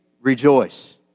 rejoice